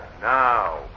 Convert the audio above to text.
Now